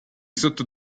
sotto